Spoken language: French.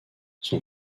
son